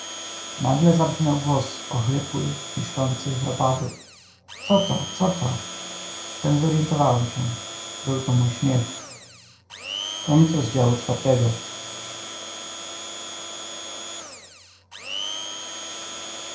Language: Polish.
nagle zabrzmiał głos ochrypły świszczący chropawy co to co to wtem zoryentowałem się był to mój śmiech